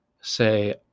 Say